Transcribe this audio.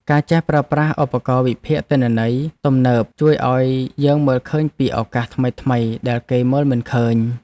ការចេះប្រើប្រាស់ឧបករណ៍វិភាគទិន្នន័យទំនើបជួយឱ្យយើងមើលឃើញពីឱកាសថ្មីៗដែលគេមើលមិនឃើញ។